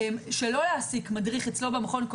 שלא להעסיק מדריך אצלו במכון,